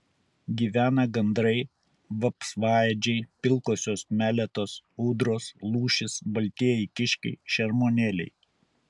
gyvena gandrai vapsvaėdžiai pilkosios meletos ūdros lūšys baltieji kiškiai šermuonėliai